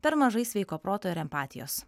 per mažai sveiko proto ir empatijos